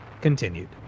continued